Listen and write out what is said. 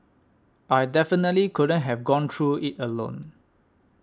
I definitely couldn't have gone through it alone